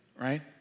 right